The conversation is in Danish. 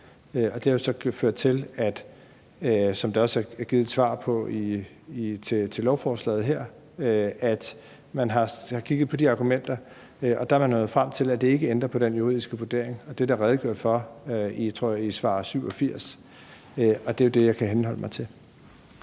Det har så ført til, som der også er givet et svar om til lovforslaget her, at man har kigget på de argumenter, og der er man nået frem til, at det ikke ændrer på den juridiske vurdering. Og det er der redegjort for, jeg tror, det er i svaret på spørgsmål 87, og det er jo det, jeg kan henholde mig til.